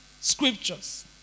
scriptures